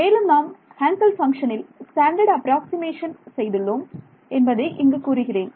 மேலும் நாம் ஹாங்கல் பங்ஷனில் ஸ்டாண்டர்டு அப்ராக்ஸிமேஷன் நாம் செய்துள்ளோம் என்பதை இங்கு கூறுகிறேன்